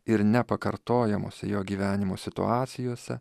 ir nepakartojamose jo gyvenimo situacijose